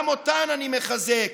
גם אותן אני מחזק,